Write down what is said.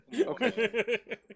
Okay